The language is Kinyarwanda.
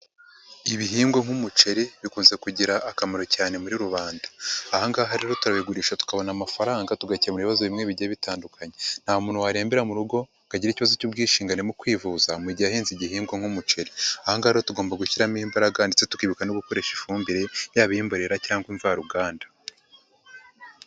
Ibihingwa nk'umuceri bikunze kugira akamaro cyane muri rubanda, aha ngaha rero turabigurisha tukabona amafaranga tugakemura ibibazo bimwe bigiye bitandukanye, nta muntu warembera mu rugo akagira ikibazo cy'ubwishingane mu kwivuza mu gihe yahinze igihingwa nk'umuceri; aha ngaha tugomba gushyiramo imbaraga ndetse tukibuka no gukoresha ifumbire y'aba imborera cyangwa imvaruganda.